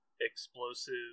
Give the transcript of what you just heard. explosive